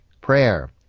Prayer